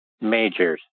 majors